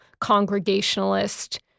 congregationalist